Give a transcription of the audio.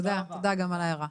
תודה רבה על ההערה.